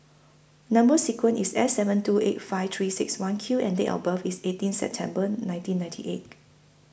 Number sequence IS S seven two eight five three six one Q and Date of birth IS eighteen September nineteen ninety eight